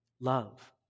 Love